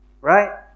Right